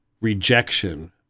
rejection